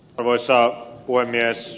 arvoisa puhemies